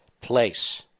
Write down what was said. place